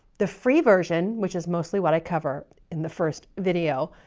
the free version, which is mostly what i cover in the first video,